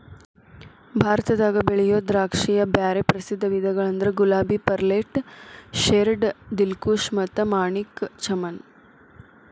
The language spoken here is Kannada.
ಭಾರತದಾಗ ಬೆಳಿಯೋ ದ್ರಾಕ್ಷಿಯ ಬ್ಯಾರೆ ಪ್ರಸಿದ್ಧ ವಿಧಗಳಂದ್ರ ಗುಲಾಬಿ, ಪರ್ಲೆಟ್, ಶೇರ್ಡ್, ದಿಲ್ಖುಷ್ ಮತ್ತ ಮಾಣಿಕ್ ಚಮನ್